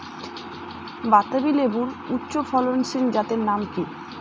বাতাবি লেবুর উচ্চ ফলনশীল জাতের নাম কি?